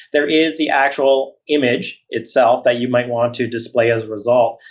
there is the actual image itself that you might want to display as a result,